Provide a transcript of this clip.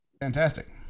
fantastic